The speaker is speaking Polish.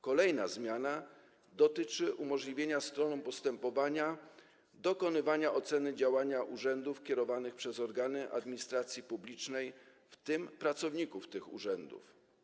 Kolejna zmiana dotyczy umożliwienia stronom postępowania dokonywania oceny działania urzędów kierowanych przez organy administracji publicznej, w tym pracowników tych urzędów.